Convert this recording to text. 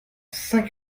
saint